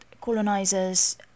colonizers